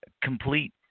complete –